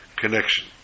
connection